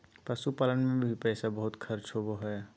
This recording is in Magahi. पशुपालन मे पैसा भी बहुत खर्च होवो हय